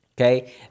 Okay